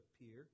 appear